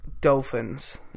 Dolphins